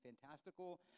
fantastical